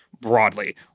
broadly